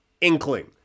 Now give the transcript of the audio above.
inkling